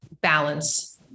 balance